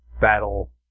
battle